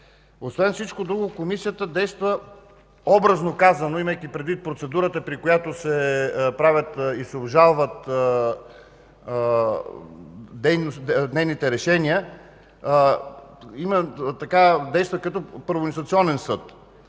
Освен всичко друго Комисията действа, образно казано, имайки предвид процедурата, при която се правят и обжалват нейните решения, като първоинстанционен съд,